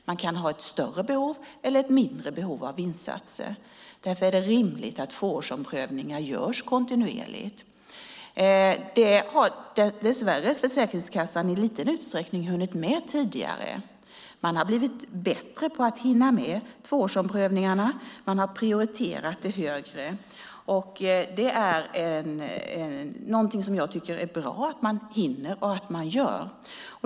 De kan ha ett större eller ett mindre behov av insatser. Därför är det rimligt att tvåårsomprövningar görs kontinuerligt. Detta har Försäkringskassan dess värre i liten utsträckning hunnit med tidigare. Man har blivit bättre på att hinna med tvåårsomprövningarna, och man har prioriterat dem högre. Det är någonting jag tycker är bra att man hinner och att man gör.